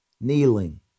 kneeling